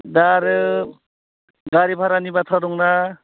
दा आरो गारि भारानि बाथ्रा दंना